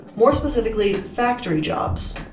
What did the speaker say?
more specifically factory jobs.